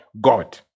God